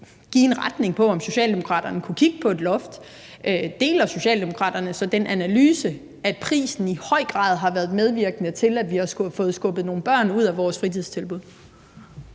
give en retning på, om Socialdemokraterne kunne kigge på et loft, vil jeg egentlig bare høre: Deler Socialdemokraterne den analyse, at prisen i høj grad har været medvirkende til, at vi har fået skubbet nogle børn ud af vores fritidstilbud?